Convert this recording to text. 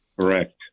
Correct